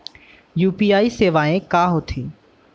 UPI सेवाएं का होथे